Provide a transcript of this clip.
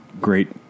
great